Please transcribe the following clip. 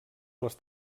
les